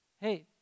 Hey